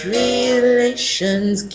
relations